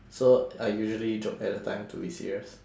so I usually joke at the time to be serious